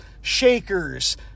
shakers